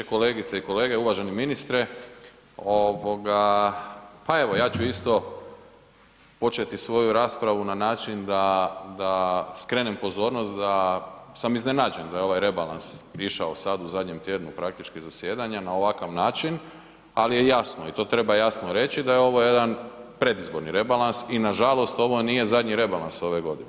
Kolegice i kolege, uvaženi ministre, ovoga pa evo ja ću isto početi svoju raspravu na način da skrenem pozornost da sam iznenađen da je ovaj rebalans išao sad u zadnjem tjednu praktički zasjedanja na ovakav način, ali je jasno i to treba jasno reći da je ovo jedan predizborni rebalans i nažalost ovo nije zadnji rebalans ove godine.